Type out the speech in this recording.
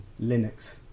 Linux